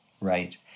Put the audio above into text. right